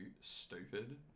stupid